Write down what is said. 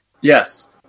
Yes